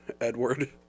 Edward